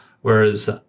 whereas